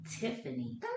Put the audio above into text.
Tiffany